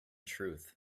truth